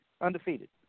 undefeated